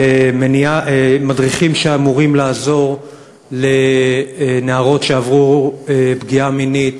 של מדריכים שאמורים לעזור לנערות שעברו פגיעה מינית,